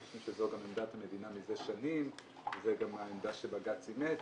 אנחנו חושבים שזו גם עמדת המדינה מזה שנים וזו גם העמדה שבג"צ אימץ